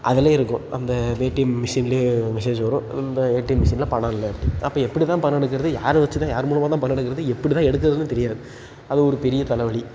அதில் இருக்கும் அந்த ஏடிஎம் மிஷினில் மெசேஜ் வரும் இந்த ஏடிஎம் மெஷினில் பணம் இல்லைன்ட்டு அப்போ எப்படி தான் பணம் எடுக்கிறது யாரை வச்சு தான் யார் மூலமாக தான் பணம் எடுக்கிறது எப்படி தான் எடுக்கிறதுன்னு தெரியாது அது ஒரு பெரிய தலைவலி